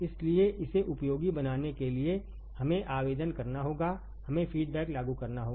इसलिए इसे उपयोगी बनाने के लिए हमें आवेदन करना होगा हमें फीडबैक लागू करना होगा